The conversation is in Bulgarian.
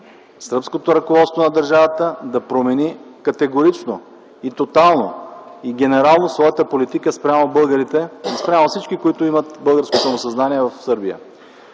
сръбското ръководство на държавата да промени категорично и тотално, генерално своята политика спрямо българите и спрямо всички, които имат българско самосъзнание в Сърбия,